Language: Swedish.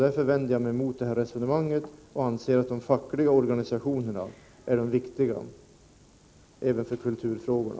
Därför vänder jag mig mot moderaternas resonemang och anser att det fackliga organisationerna är viktiga även för kulturfrågorna.